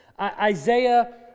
Isaiah